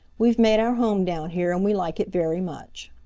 we've made our home down here and we like it very much.